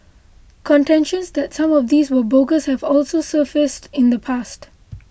contentions that some of these were bogus have also surfaced in the past